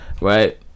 Right